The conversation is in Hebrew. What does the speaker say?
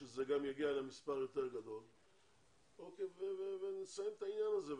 שזה גם יגיע למספר יותר גדול ונסיים את העניין הזה,